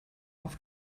auf